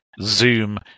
Zoom